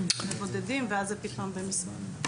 בבודדים ואז זה פתאום בעשרות.